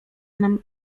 nam